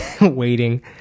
waiting